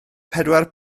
pedwar